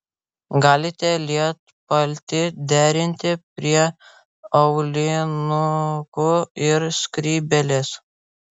galite lietpaltį derinti prie aulinukų ir skrybėlės